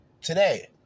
today